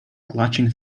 clutching